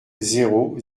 zéro